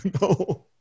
no